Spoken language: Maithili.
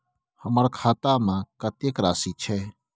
हमर खाता में कतेक राशि छै?